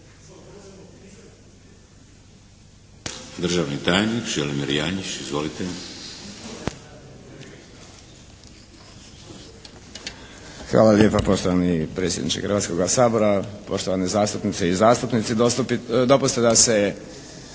**Janjić, Želimir (HSLS)** Hvala lijepa poštovani predsjedniče Hrvatskoga sabora. Poštovane zastupnice i zastupnici dopustite da se